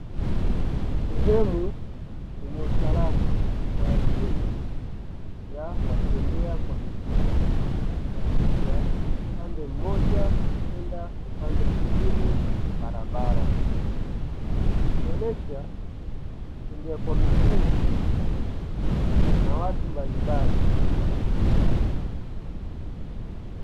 Sehemu yenye usalama kwa ajili ya watembea kwa miguu kukatisha upande mmoja kwenda upande mwengine wa barabara, ikionyesha mtembea kwa miguu na watu mbalimbali wakivuka.